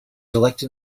elected